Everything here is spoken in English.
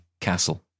Castle